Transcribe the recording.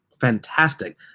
fantastic